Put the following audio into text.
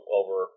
over